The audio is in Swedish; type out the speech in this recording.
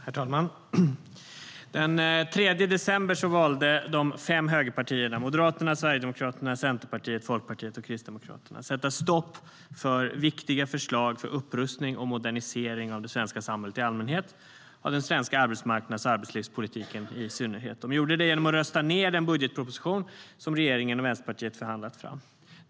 Herr talman! Den 3 december valde de fem högerpartierna Moderaterna, Sverigedemokraterna, Centerpartiet, Folkpartiet och Kristdemokraterna att sätta stopp för viktiga förslag för upprustning och modernisering av det svenska samhället i allmänhet och av den svenska arbetsmarknads och arbetslivspolitiken i synnerhet. De gjorde det genom att rösta ned den budgetproposition som regeringen och Vänsterpartiet hade förhandlat fram.